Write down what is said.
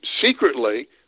secretly